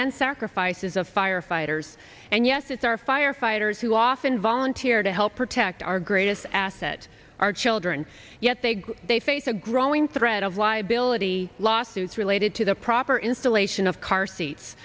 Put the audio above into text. and sacrifices of firefighters and yes it's our firefighters who often volunteer to help protect our greatest asset our children yet they they face a growing threat of liability lawsuits related to the proper installation of car seats